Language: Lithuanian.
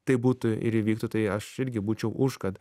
tai būtų ir įvyktų tai aš irgi būčiau už kad